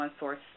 OneSource